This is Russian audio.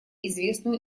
известную